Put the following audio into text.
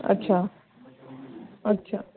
अच्छा अच्छा